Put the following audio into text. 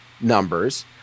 numbers